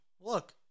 look